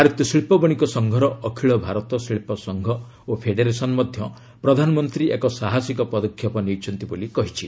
ଭାରତୀୟ ଶିଳ୍ପ ବଣିକ ସଂଘର ଅଖିଳ ଭାରତ ଶିଳ୍ପ ସଂଘ ଓ ଫେଡେରେସନ୍ ମଧ୍ୟ ପ୍ରଧାନମନ୍ତ୍ରୀ ଏକ ସାହସିକ ପଦକ୍ଷେପ ନେଇଛନ୍ତି ବୋଲି କହିଛି